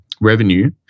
revenue